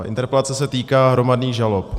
Interpelace se týká hromadných žalob.